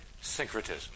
syncretism